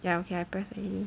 ya okay I press already